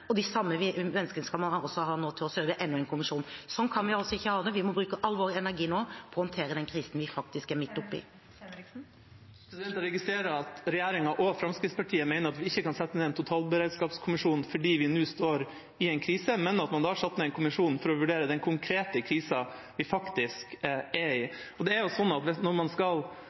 skal ha til å serve enda en kommisjon. Slik kan vi ikke ha det. Vi må nå bruke all vår energi på å håndtere den krisen vi er midt oppe i. Jeg registrerer at regjeringa og Fremskrittspartiet mener at vi ikke kan sette ned en totalberedskapskommisjon fordi vi nå står i en krise, men at man har satt ned en kommisjon for å vurdere den konkrete krisen vi faktisk er i. Når man skal evaluere en krise og ta lærdom, må man gjøre det raskt og ikke vente for lenge etter at krisen har inntruffet. Når